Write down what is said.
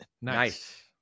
nice